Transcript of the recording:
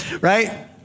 right